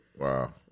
Wow